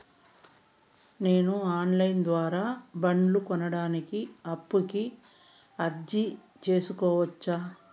నేను online ద్వారా బండ్లు కొనడానికి అప్పుకి అర్జీ సేసుకోవచ్చా?